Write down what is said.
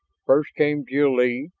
first came jil-lee,